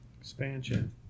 Expansion